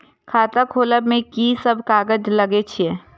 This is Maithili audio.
खाता खोलब में की सब कागज लगे छै?